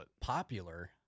popular